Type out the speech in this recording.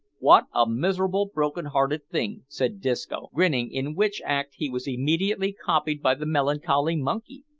wot a miserable, broken-hearted thing! said disco, grinning, in which act he was immediately copied by the melancholy monkey,